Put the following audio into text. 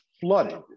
flooded